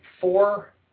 four